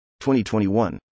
2021